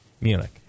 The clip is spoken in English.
Munich